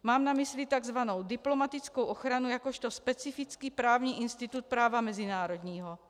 Mám na mysli tzv. diplomatickou ochranu jakožto specifický právní institut práva mezinárodního.